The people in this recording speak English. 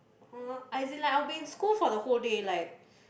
uh as in like I'll be in school for the whole day like